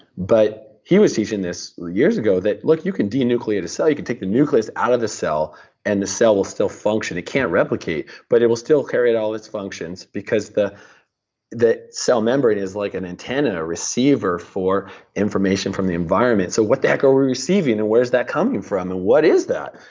but he was using this years ago, that look, you can denucleate a cell. you can take the nucleus out of the cell, and the cell will still function. it can't replicate, but it will still carry out all its functions, because the the cell membrane is like an antenna, a receiver for information from the environment. so what the heck are we receiving, and where is that coming from and what is that?